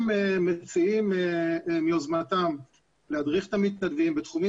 הם מציעים מיוזמתם להדריך את המתנדבים בתחומים